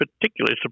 particularly